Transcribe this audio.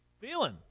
Feeling